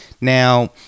Now